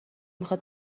میخواد